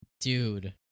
dude